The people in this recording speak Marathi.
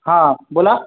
हा बोला